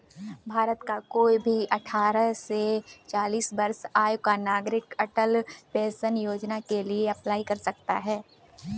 भारत का कोई भी अठारह से चालीस वर्ष आयु का नागरिक अटल पेंशन योजना के लिए अप्लाई कर सकता है